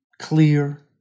clear